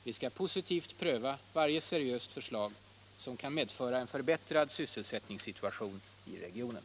Vi skall positivt pröva varje seriöst förslag som kan medföra en förbättrad sysselsättningssituation i regionen.